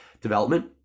development